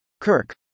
Kirk